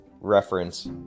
reference